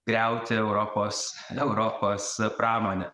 griauti europos europos pramonę